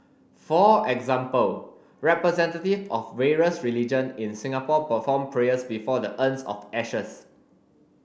for example representative of various religion in Singapore performed prayers before the urns of ashes